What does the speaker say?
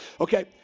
Okay